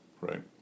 right